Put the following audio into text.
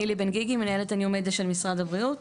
נילי בן גיגי מנהלת הניו מדיה של משרד הבריאות,